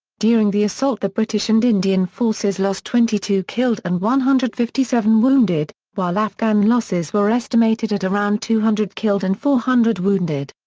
during the assault the british and indian forces lost twenty two killed and one hundred and fifty seven wounded, while afghan losses were estimated at around two hundred killed and four hundred wounded.